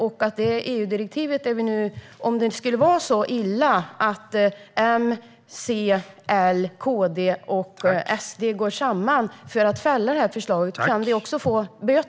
Kan vi också få böter om det skulle vara så illa att M, C, L, KD och SD går samman för att fälla det här förslaget?